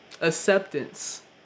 acceptance